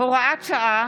(הוראת שעה)